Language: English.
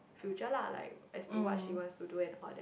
future lah like as to what she wants to do and all that